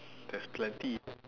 there's plenty